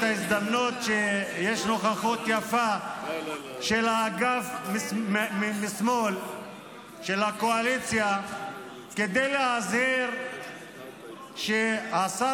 את ההזדמנות שיש נוכחות יפה של האגף משמאל לקואליציה כדי להבהיר שהשר